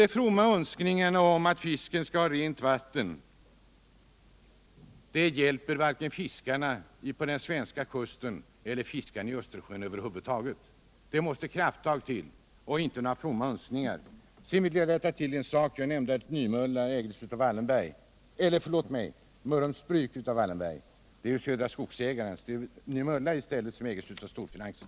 De fromma önskningarna om att fisken skall ha rent vatten hjälper inte fiskarna vare sig vid Östersjön eller på den svenska kusten över huvud taget. Det räcker inte med fromma Önskningar. utan det måste krafttag till. Sedan vill jag rätta till en sak. Jag sade i mitt anförande att Mörrums Bruk ägdes av Wallenberg. Mörrums Bruk ägs av Södra Skogsägarna. Det är Nymölla som ägs av storfinansen.